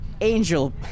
Angel